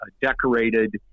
decorated